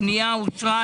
הפנייה אושרה.